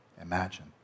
imagine